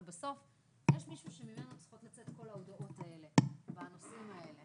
אבל בסוף יש מישהו שממנו צריכות לצאת כל ההודעות בנושאים האלה,